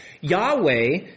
Yahweh